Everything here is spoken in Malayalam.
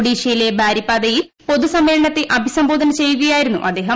ഒഡീഷയിലെ ബരിപ്പാതയിൽ പൊതുസമ്മേളനത്തെ അഭി സംബോധന ചെയ്യുകയായിരുന്നു അദ്ദേഹം